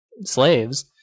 slaves